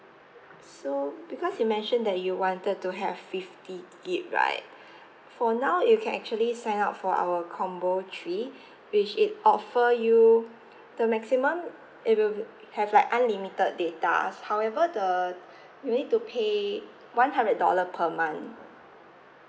so because you mentioned that you wanted to have fifty gig right for now you can actually sign up for our combo three which it offer you the maximum it will have like unlimited data however the you need to pay one hundred dollar per month